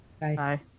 Bye